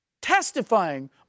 testifying